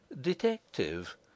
detective